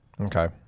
okay